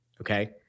okay